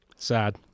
Sad